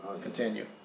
Continue